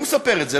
הוא מספר את זה,